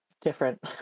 different